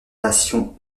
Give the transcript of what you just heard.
nations